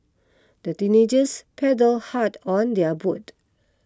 the teenagers paddle hard on their boat